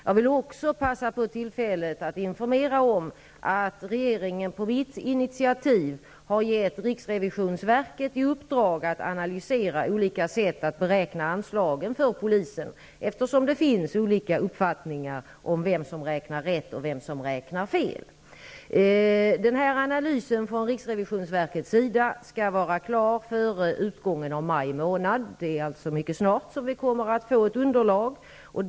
Jag vill passa på tillfället att informera om att regeringen på mitt initiativ har gett riksrevisionsverket i uppdrag att analysera olika sätt att beräkna anslagen för polisen, eftersom det finns olika uppfattningar om vem som räknar rätt och vem som räknar fel. Denna analys från riksrevisionsverket skall vara klar före utgången av maj månad. Vi kommer således mycket snart att få ett underlag.